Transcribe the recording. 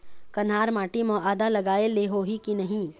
कन्हार माटी म आदा लगाए ले होही की नहीं?